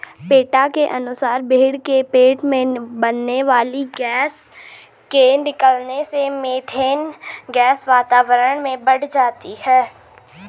PETA के अनुसार भेंड़ के पेट में बनने वाली गैस के निकलने से मिथेन गैस वातावरण में बढ़ जाती है